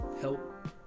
help